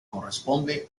corresponde